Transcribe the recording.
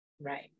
right